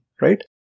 right